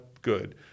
good